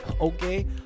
Okay